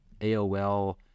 AOL